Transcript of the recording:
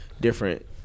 different